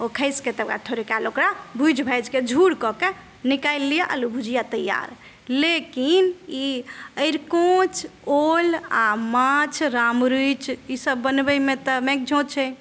ओ खसिके तकरबाद थोड़े काल ओकरा भुजि भाजिके झूर कऽके निकालि लियऽ अल्लु भुजिया तैयार लेकिन ई अरिकोञ्च ओल आओर माछ राम रूचि ईसब बनबयमे तऽ मेकझौँ छै